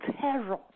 terror